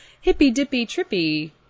hippy-dippy-trippy